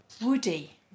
Woody